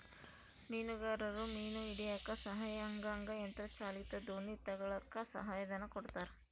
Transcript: ಮೀನುಗಾರರು ಮೀನು ಹಿಡಿಯಕ್ಕ ಸಹಾಯ ಆಗಂಗ ಯಂತ್ರ ಚಾಲಿತ ದೋಣಿ ತಗಳಕ್ಕ ಸಹಾಯ ಧನ ಕೊಡ್ತಾರ